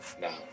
Now